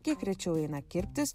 kiek rečiau eina kirptis